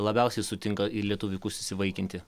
labiausiai sutinka į lietuvių vaikus įsivaikinti